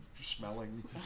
smelling